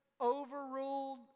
overruled